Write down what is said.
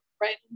right